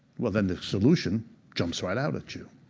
well, then the solution jumps right out at you.